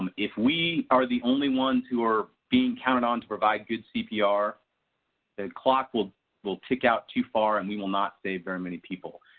um if we are the only ones who are being counted on to provide good cpr the clock will will take out too far and we will not see very many people.